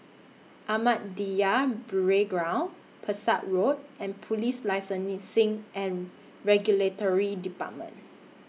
Ahmadiyya Burial Ground Pesek Road and Police Licensing and Regulatory department